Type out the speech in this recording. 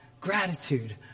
gratitude